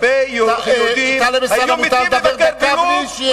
הרבה יהודים היו מתים לבקר בלוב,